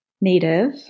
native